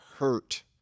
hurt